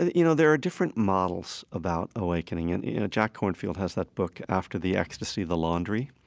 ah you know, there are different models about awakening and, you know, jack kornfield has that book after the ecstasy, the laundry,